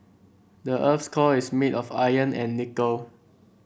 the earth's core is made of iron and nickel